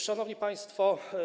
Szanowni Państwo!